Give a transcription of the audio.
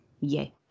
yay